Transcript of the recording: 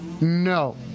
No